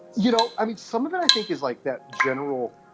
you know, i mean, some of that, i think is like that general